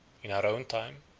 in our own time,